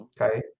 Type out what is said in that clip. Okay